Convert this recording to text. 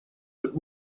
but